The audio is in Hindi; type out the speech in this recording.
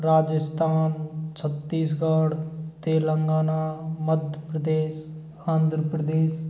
राजस्थान छत्तीसगढ़ तेलंगाना मध्य प्रदेश आंध्र प्रदेश